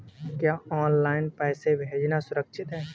क्या ऑनलाइन पैसे भेजना सुरक्षित है?